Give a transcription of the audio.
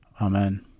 Amen